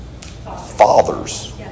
fathers